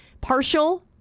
partial